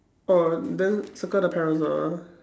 oh then circle the parasol